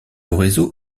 réseau